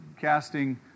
casting